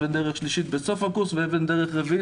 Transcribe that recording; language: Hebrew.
אבן דרך שלישית בסוף הקורס ואבן דרך רביעית